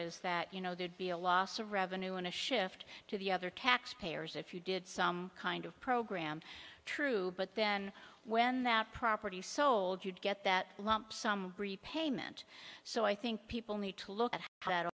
is that you know there'd be a loss of revenue and a shift to the other tax payers if you did some kind of program true but then when that property sold you'd get that lump sum repayment so i think people need to look at th